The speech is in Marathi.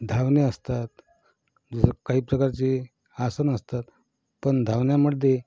धावणे असतात जसं काही प्रकारचे आसनं असतात पण धावन्यामडदे